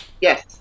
Yes